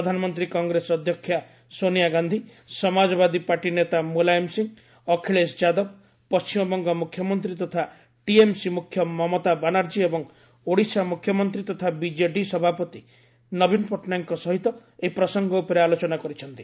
ପ୍ରଧାନମନ୍ତ୍ରୀ କଂଗ୍ରେସ ଅଧ୍ୟକ୍ଷା ସୋନିଆ ଗାନ୍ଧି ସମାଜବାଦୀ ପାର୍ଟି ନେତା ମୁଲାୟମ୍ ସିଂହ ଅଖିଳେଶ ଯାଦବ ପଣ୍ଟିମବଙ୍ଗ ମୁଖ୍ୟମନ୍ତ୍ରୀ ତଥା ଟିଏମ୍ସି ମୁଖ୍ୟ ମମତା ବାନାର୍ଜୀ ଏବଂ ଓଡ଼ିଶା ମୁଖ୍ୟମନ୍ତ୍ରୀ ତଥା ବିଜେଡି ସଭାପତି ନବୀନ ପଟ୍ଟନାୟକଙ୍କ ସହିତ ଏହି ପ୍ରସଙ୍ଗ ଉପରେ ଆଲୋଚନା କରିଛନ୍ତି